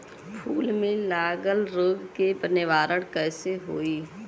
फूल में लागल रोग के निवारण कैसे होयी?